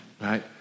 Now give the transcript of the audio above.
right